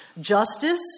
justice